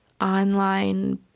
online